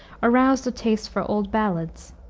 aroused a taste for old ballads.